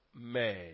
men